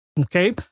Okay